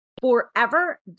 Forever